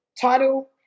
title